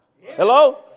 Hello